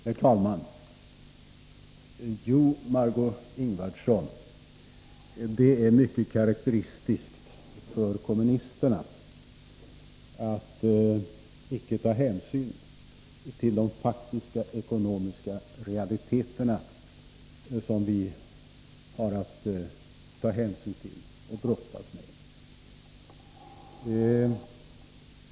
Herr talman! Det är, Margö Ingvardsson, mycket karakteristiskt för kommunisterna att icke ta hänsyn till de faktiska ekonomiska realiteter som vi har att brottas med.